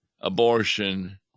abortion